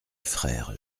frère